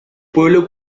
pueblo